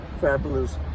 fabulous